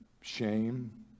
Shame